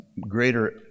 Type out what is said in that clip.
greater